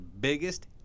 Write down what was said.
biggest